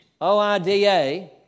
O-I-D-A